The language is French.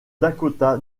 dakota